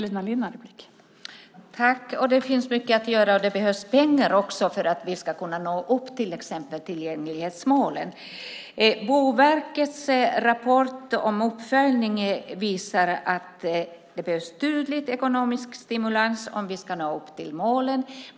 Fru talman! Det finns mycket att göra, och det behövs också pengar för att vi ska kunna nå upp till exempelvis tillgänglighetsmålen. Boverkets rapport om uppföljning visar att det behövs en tydlig ekonomisk stimulans om vi ska nå upp till målen.